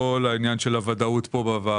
קודם כל, העניין של הוודאות פה בוועדה.